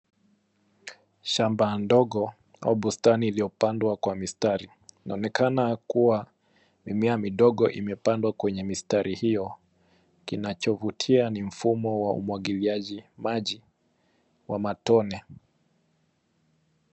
Shamba ndogo au bustani ilio pangwa kwa mistari, ina onekana kuwa mimea midogo imepandwa kwenye mistari hio. Kinacho vitia ni mfumo wa umwagiliaji maji wa matone.